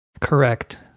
correct